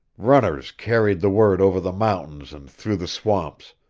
runners carried the word over the mountains and through the swamps,